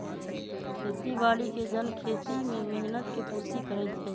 खेती बाड़ी के जन खेती में मेहनत के पूर्ति करइ छइ